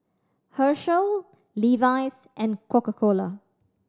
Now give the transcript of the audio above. Herschel Levi's and Coca Cola